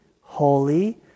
Holy